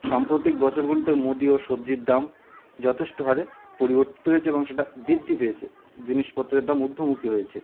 সাম্প্রতিক বছর বলতে মুদি ও সবজির দাম যথেষ্ট হারে পরিবর্তিত হয়েছে এবং সেটা বৃদ্ধি পেয়েছে জিনিসপত্রের দাম ঊর্ধ্বমুখী হয়েছে